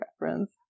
reference